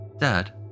Dad